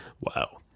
Wow